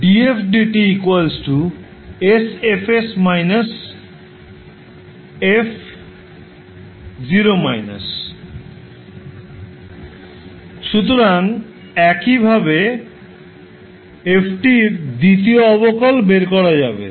তবে সুতরাং একইভাবে f এর দ্বিতীয় অবকল বের করা যাবে